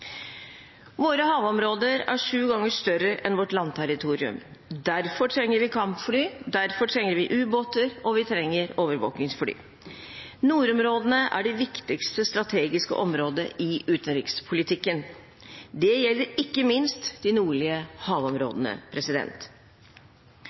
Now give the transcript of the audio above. Våre havområder er sju ganger større enn vårt landterritorium. Derfor trenger vi kampfly, derfor trenger vi ubåter, og vi trenger overvåkingsfly. Nordområdene er det viktigste strategiske området i utenrikspolitikken. Det gjelder ikke minst de nordlige